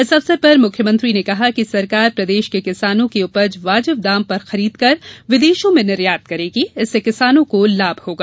इस अवसर पर मुख्यमंत्री ने कहा कि सरकार प्रदेश के किसानों की उपज बाजिब दाम पर खरीदकर विदेशों में निर्यात करेगी इससे किसानो को लाभ होगा